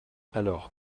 alors